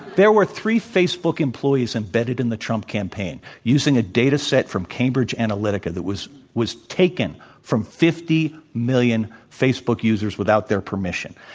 there were three facebook employees embedded in the trump campaign, using a data set from cambridge analytica that was was taken from fifty million facebook users without their permission.